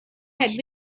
had